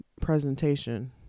presentation